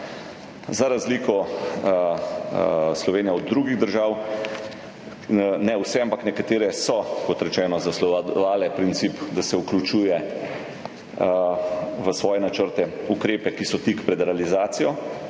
Za razliko Slovenije od drugih držav, ne vseh, ampak nekatere so, kot rečeno, zasledovale princip, da se vključuje v načrte ukrepe, ki so tik pred realizacijo.